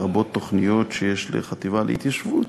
לרבות תוכניות שיש לחטיבה להתיישבות,